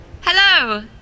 Hello